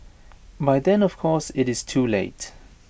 by then of course IT is too late